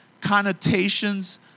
connotations